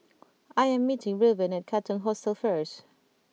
I am meeting Reuben at Katong Hostel first